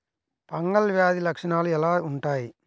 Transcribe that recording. Fungal వ్యాధి లక్షనాలు ఎలా వుంటాయి?